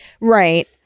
right